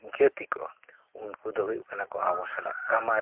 ᱡᱟᱹᱛᱤ ᱠᱚ ᱩᱱᱠᱩ ᱫᱚ ᱦᱩᱭᱩᱜ ᱠᱟᱱᱟ ᱠᱚ ᱟᱵᱚ ᱥᱟᱞᱟᱜ ᱠᱟᱢᱟᱨ